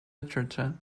literature